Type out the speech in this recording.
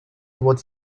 what